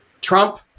trump